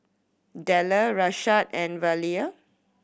Dellar Rashad and Velia